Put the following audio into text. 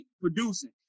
producing